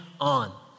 on